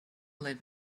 live